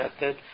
method